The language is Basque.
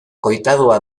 koitadua